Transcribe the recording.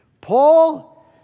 Paul